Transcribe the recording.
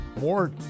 more